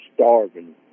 starving